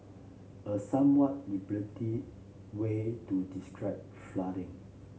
a somewhat liberty way to describe flooding